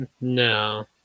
No